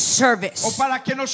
service